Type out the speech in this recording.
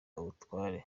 ubutware